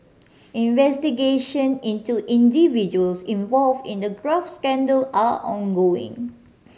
investigation into individuals involved in the graft scandal are ongoing